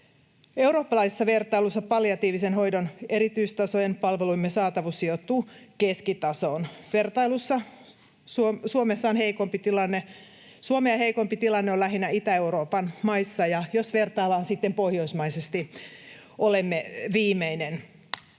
Eurooppalaisessa vertailussa palliatiivisen hoidon erityistasojen palvelujemme saatavuus sijoittuu keskitasoon. Vertailussa Suomea heikompi tilanne on lähinnä Itä-Euroopan maissa, ja jos vertaillaan sitten pohjoismaisesti, olemme viimeinen.